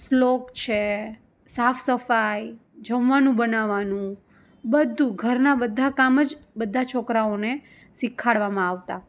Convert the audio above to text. શ્લોક છે સાફ સફાઈ જમવાનું બનાવાનું બધું ઘરના બધા કામ જ બધા છોકરાઓને શિખાડવામાં આવતા